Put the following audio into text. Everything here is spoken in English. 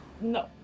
No